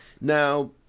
Now